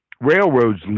railroads